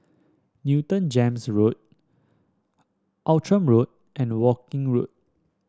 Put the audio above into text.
Newton Gems Road Outram Road and Woking Road